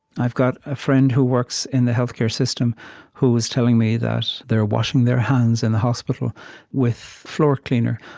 i've got a friend who works in the healthcare system who was telling me that they're washing their hands in the hospital with floor cleaner,